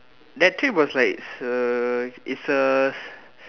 that trip was like it's a it's a